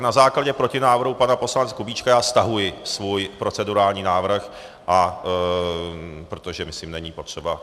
Na základě protinávrhu pana poslance Kubíčka já stahuji svůj procedurální návrh, protože myslím tady není potřeba.